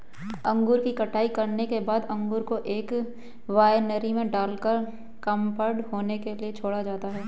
अंगूर की कटाई करने के बाद अंगूर को एक वायनरी में डालकर फर्मेंट होने के लिए छोड़ा जाता है